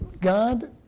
God